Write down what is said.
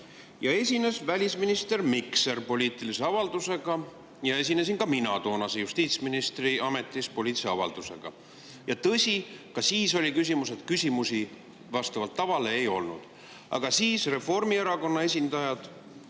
Esines välisminister Mikser poliitilise avaldusega ja esinesin ka mina toona justiitsministri ametis poliitilise avaldusega. Ja tõsi, ka siis oli [ette nähtud], et küsimusi vastavalt tavale ei olnud. Aga siis Reformierakonna esindajad